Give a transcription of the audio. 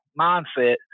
mindset